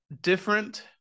different